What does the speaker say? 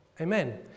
Amen